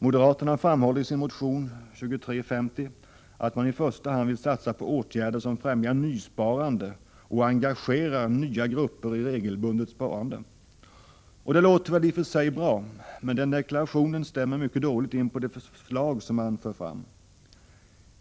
Moderaterna framhåller i sin motion 2350 att de i första hand vill satsa på åtgärder som främjar nysparande och engagerar nya grupper i regelbundet sparande. Det låter i och för sig bra, men denna deklaration stämmer mycket dåligt in på de förslag som förs fram.